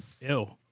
Ew